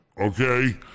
okay